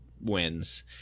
wins